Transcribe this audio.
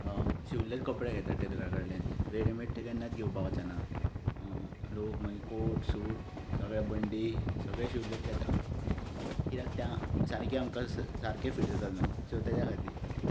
शिंवल्लेच कपडे घेता टेलरा कडल्यान रेडीमेड केन्नाच घेवपाक वचना लोक मागीर कोट सूट सगळे बंडी सगळें शिंवल्लेच घेता किद्याक तें सारकें आमकां सारके फीट जाता न्हू सो ताज्या खातीर